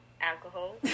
alcohol